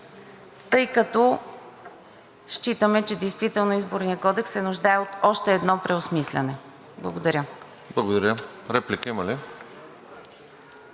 тъй като считаме, че действително Изборният кодекс се нуждае от още едно преосмисляне. Благодаря.